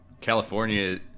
California